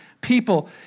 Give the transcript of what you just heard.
people